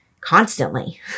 Constantly